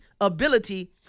ability